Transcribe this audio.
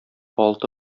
алты